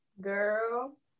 Girl